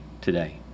today